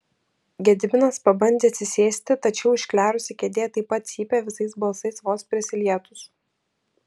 gediminas pabandė atsisėsti tačiau išklerusi kėdė taip pat cypė visais balsais vos prisilietus